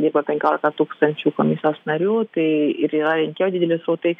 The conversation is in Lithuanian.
dirba penkiolika tūkstančių komisijos narių tai ir yra rinkėjų dideli srautai